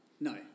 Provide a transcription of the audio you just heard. No